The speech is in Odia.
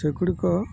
ସେଗୁଡ଼ିକ